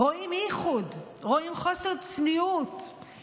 רואים ייחוד, רואים